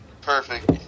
Perfect